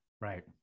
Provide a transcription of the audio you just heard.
Right